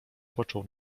począł